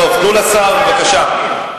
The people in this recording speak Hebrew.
תנו לשר, בבקשה.